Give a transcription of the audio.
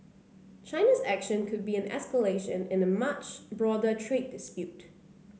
China's action could be an escalation in a much broader trade dispute